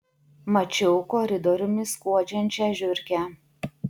mačiau koridoriumi skuodžiančią žiurkę